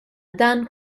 dan